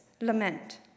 lament